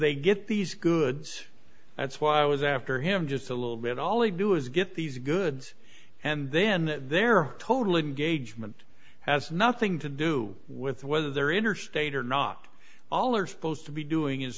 they get these goods that's why i was after him just a little bit all they do is get these goods and then they're totally engaged meant has nothing to do with whether they're interstate or not all are supposed to be doing is